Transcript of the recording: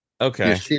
Okay